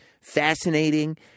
fascinating